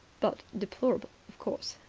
but deplorable, of course,